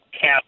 cap